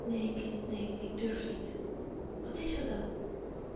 neen kind neen ik durf niet wat is er dan